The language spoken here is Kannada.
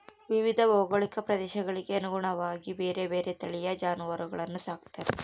ವಿವಿಧ ಭೌಗೋಳಿಕ ಪ್ರದೇಶಗಳಿಗೆ ಅನುಗುಣವಾಗಿ ಬೇರೆ ಬೇರೆ ತಳಿಯ ಜಾನುವಾರುಗಳನ್ನು ಸಾಕ್ತಾರೆ